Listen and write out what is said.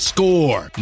Score